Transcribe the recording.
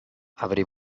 avrei